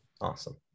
Awesome